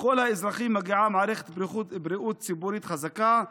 לכל האזרחים מגיעה מערכת בריאות ציבורית חזקה,